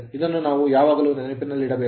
ಇದನ್ನು ನಾವು ಯಾವಾಗಲೂ ನೆನಪಿನಲ್ಲಿಡಬೇಕು